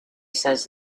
says